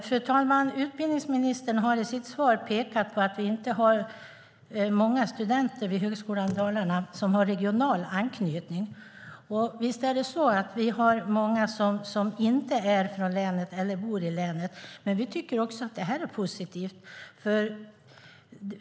Fru talman! Utbildningsministern har i sitt svar pekat på att vi inte har många studenter vid Högskolan Dalarna som har regional anknytning. Visst är det så att vi har många som inte är från länet eller bor i länet. Det är också positivt.